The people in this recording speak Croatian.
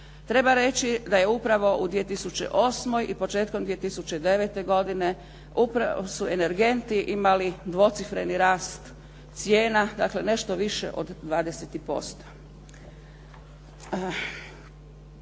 Treba reći da je upravo u 2008. i početkom 2009. godine upravo su energenti imali dvocifreni rast cijena, dakle nešto više od 20%.